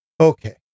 Okay